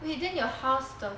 wait then your house the